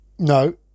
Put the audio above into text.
no